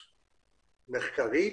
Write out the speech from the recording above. כלומר,